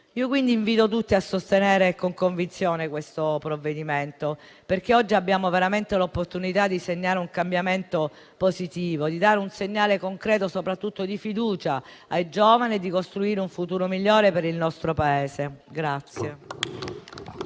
quindi tutti a sostenere con convinzione questo provvedimento, perché oggi abbiamo veramente l'opportunità di segnare un cambiamento positivo, di dare un segnale concreto e soprattutto di fiducia ai giovani, di costruire un futuro migliore per il nostro Paese.